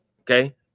Okay